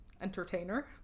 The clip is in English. entertainer